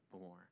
more